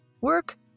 work